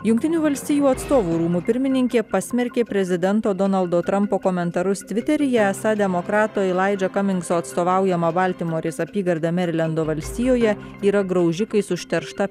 jungtinių valstijų atstovų rūmų pirmininkė pasmerkė prezidento donaldo trampo komentarus tviteryje esą demokrato elaidžo kamingso atstovaujama baltimorės apygarda merilendo valstijoje yra graužikais užteršta